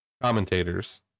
commentators